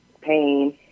pain